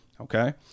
Okay